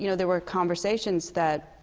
you know there were conversations that